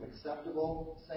acceptable